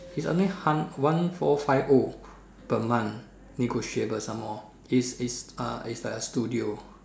ya only hunt one four five o per month negotiable some more is is uh is like a studio